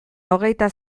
hogeita